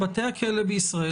בתי הכלא בישראל,